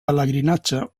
pelegrinatge